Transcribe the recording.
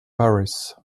paris